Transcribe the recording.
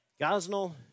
Gosnell